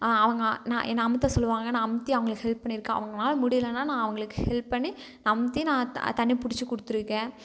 அவங்க நான் என்ன அழுத்த சொல்லுவாங்க நான் அழுத்தி அவங்களுக்கு ஹெல்ப் பண்ணியிருக்கன் அவங்கனால் முடியலைன்னா நான் அவங்களுக்கு ஹெல்ப் பண்ணி அமுத்தி நான் தண்ணி பிடிச்சி கொடுத்துருக்கேன்